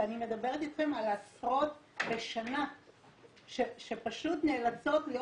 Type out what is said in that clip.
כי אני מדברת אתכם על עשרות בשנה שפשוט נאלצות להיות